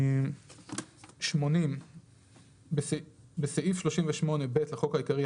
80. בסעיף 38(ב) לחוק העיקרי,